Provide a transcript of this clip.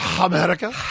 america